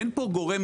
אין פה גורם,